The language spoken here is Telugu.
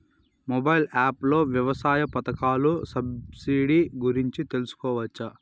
మొబైల్ యాప్ లో వ్యవసాయ పథకాల సబ్సిడి గురించి తెలుసుకోవచ్చా?